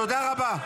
תודה רבה.